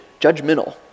judgmental